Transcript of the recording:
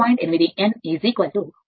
8 n 1 0